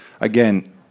again